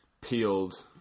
peeled